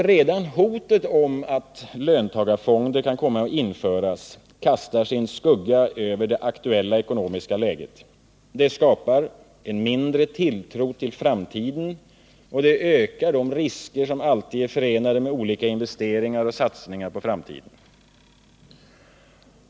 Redan hotet att löntagarfonder kan komma att införas kastar sin skugga över det aktuella ekonomiska läget. Det skapar mindre tilltro till framtiden och ökar de risker som alltid är förenade med olika investeringar och satsningar på framtiden.